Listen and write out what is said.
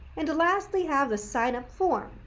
and lastly have the sign-up form.